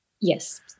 Yes